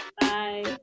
bye